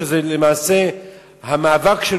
שזה למעשה המאבק של